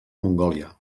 mongòlia